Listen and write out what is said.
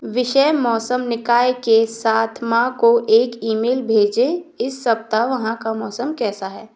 विषय मौसम निकाय के साथ माँ को एक ईमेल भेजें इस सप्ताह वहाँ का मौसम कैसा है